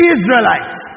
Israelites